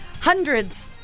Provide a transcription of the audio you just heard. Hundreds